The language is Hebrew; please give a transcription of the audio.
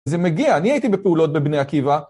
זה מגיע, אני הייתי בפעולות בבני עקיבא.